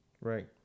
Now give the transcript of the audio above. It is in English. Right